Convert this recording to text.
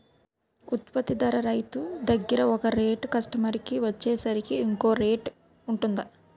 ఉత్పత్తి ధర రైతు దగ్గర ఒక రేట్ కస్టమర్ కి వచ్చేసరికి ఇంకో రేట్ వుంటుందా?